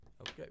Okay